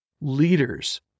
leaders